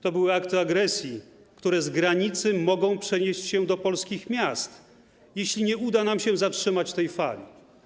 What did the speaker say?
To były akty agresji, które z granicy mogą przenieść się do polskich miast, jeśli nie uda nam się zatrzymać tej fali.